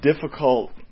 difficult